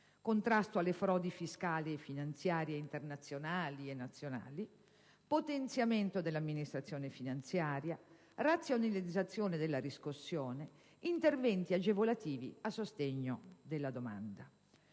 contrasto alle frodi fiscali e finanziarie internazionali e nazionali; potenziamento dell'amministrazione finanziaria; razionalizzazione della riscossione; interventi agevolativi a sostegno della domanda.